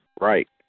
Right